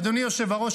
אדוני היושב-ראש,